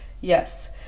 Yes